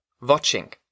watching